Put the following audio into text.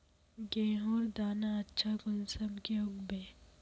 गेहूँर दाना अच्छा कुंसम के उगबे?